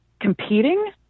competing